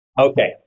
Okay